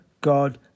God